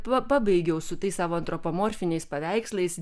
pabaigiau su tais savo antropomorfiniais paveikslais